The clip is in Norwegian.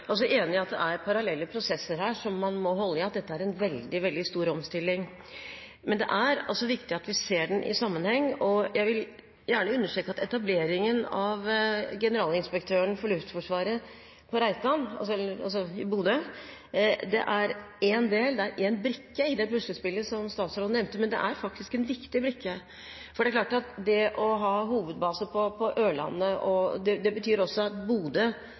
enig i at det er parallelle prosesser her som man må holde i, og at dette er en veldig, veldig stor omstilling. Men det er også viktig at vi ser den i sammenheng, og jeg vil gjerne understreke at etableringen av Generalinspektøren for Luftforsvaret på Reitan, altså i Bodø, er én brikke i det puslespillet som statsråden nevnte, men det er faktisk en viktig brikke. For det er klart at det å ha hovedbase på Ørlandet, det betyr også at Bodø